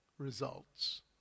results